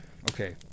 Okay